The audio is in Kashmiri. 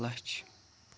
اَکھ لَچھ